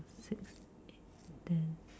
six eight ten